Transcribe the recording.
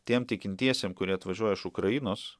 tiem tikintiesiem kurie atvažiuoja iš ukrainos